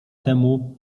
temu